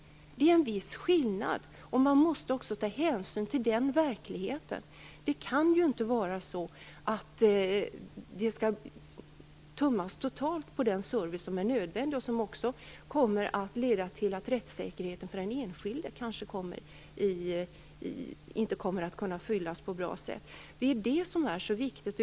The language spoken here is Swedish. Det är en viss skillnad, och man måste också ta hänsyn till den verkligheten. Det kan inte vara så att det skall tummas totalt på den service som är nödvändig och som också kommer att leda till att rättssäkerheten för den enskilde kanske inte kommer att kunna uppfyllas på ett bra sätt. Det är det som är så viktigt.